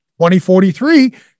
2043